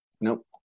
Nope